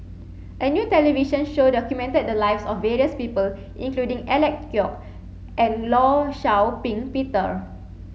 a new television show documented the lives of various people including Alec Kuok and Law Shau Ping Peter